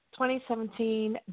2017